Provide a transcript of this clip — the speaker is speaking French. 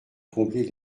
combler